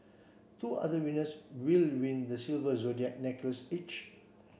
two other winners will win the silver zodiac necklace each